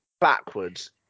backwards